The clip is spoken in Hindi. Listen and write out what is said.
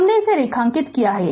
हमने इसे रेखांकित किया है